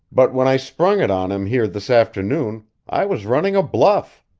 but when i sprung it on him here this afternoon, i was running a bluff.